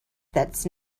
that’s